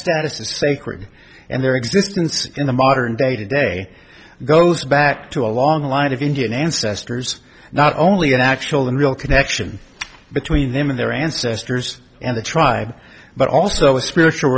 status is sacred and their existence in the modern day today goes back to a long line of indian ancestors not only an actual and real connection between them and their ancestors and the tribe but also a spiritual